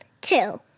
Two